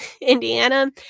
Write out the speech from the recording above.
indiana